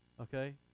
okay